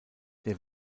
der